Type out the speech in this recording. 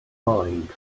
mind